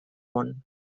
món